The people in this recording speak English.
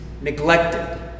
neglected